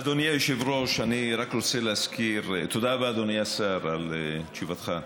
אדוני השר, תודה רבה על תשובתך.